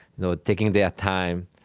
you know taking their time,